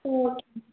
ம் ஓகே